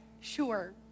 sure